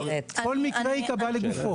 כל מקרה ייקבע לגופו.